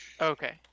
Okay